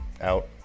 out